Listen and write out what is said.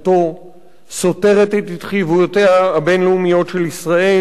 וסותרת את התחייבויותיה הבין-לאומיות של ישראל,